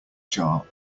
jar